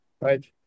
right